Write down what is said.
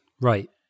Right